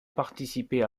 participé